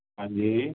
ਹਾਂਜੀ